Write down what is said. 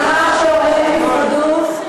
לאחר שהוריהם נפרדו,